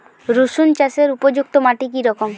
রুসুন চাষের উপযুক্ত মাটি কি রকম?